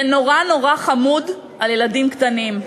זה נורא נורא חמוד עם ילדים קטנים,